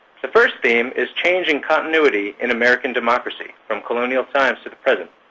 the first theme is changing continuity in american democracy from colonial times to the present,